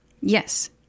Yes